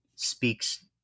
speaks